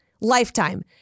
Lifetime